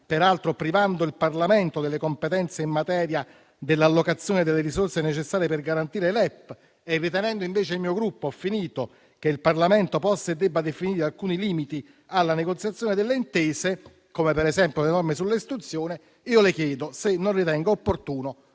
peraltro privando il Parlamento delle competenze in materia dell'allocazione delle risorse necessarie per garantire i LEP e ritenendo invece il mio Gruppo che il Parlamento possa e debba definire alcuni limiti alla negoziazione delle intese, come per esempio le norme sull'istruzione, io le chiedo se non ritenga opportuno